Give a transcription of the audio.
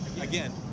again